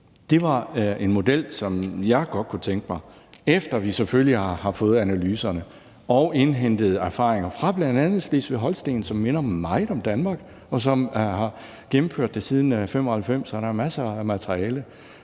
Det er en model, som jeg godt kunne tænke mig, efter at vi selvfølgelig har fået analyserne og indhentet erfaringer fra bl.a. Slesvig-Holsten, som minder meget om Danmark, og som har gennemført folkeafstemninger siden 1995. Så der er masser af materiale.